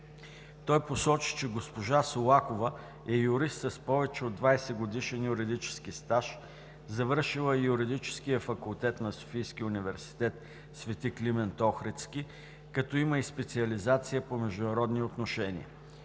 Той посочи, че госпожа Солакова е юрист с повече от 20-годишен юридически стаж, завършила е Юридическия факултет на Софийския университет „Св. Климент Охридски“, като има и специализация по международни отношения.